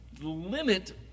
limit